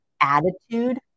attitude